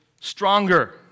stronger